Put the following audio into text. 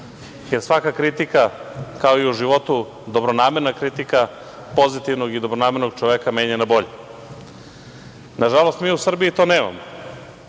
jer svaka kritika, kao i u životu, dobronamerna kritika, pozitivnog i dobronamernog čoveka menja na bolje. Nažalost, mi u Srbiji to nemamo